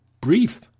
brief